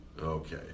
Okay